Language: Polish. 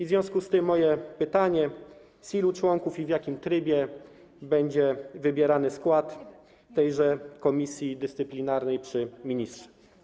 W związku z tym jest moje pytanie: Z ilu członków i w jakim trybie będzie wybierany skład tejże Komisji Dyscyplinarnej przy Ministrze?